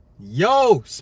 yo